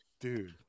Dude